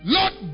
Lord